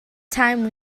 time